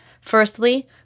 Firstly